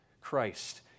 Christ